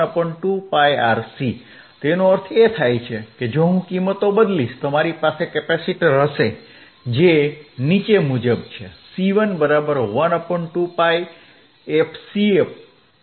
F1 2πRC તેનો અર્થ એ છે કે જો હું કિંમતો બદલીશ તો મારી પાસે કેપેસિટર હશે જે નીચે મુજબ છે C112πfcR